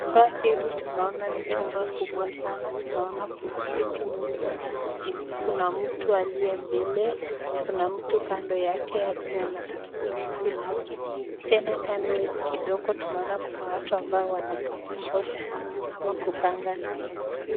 Chumba hii tunaona ni chumba kubwa sana, tunaona kuna viti mingi sana, kuna mtu aliye mbele, kkuna mtu kando yake akiwa ana tarakislishi lake, tena kando kidogo tunaona kuna watu ambao wanakaa kumgoja ama kupanga line .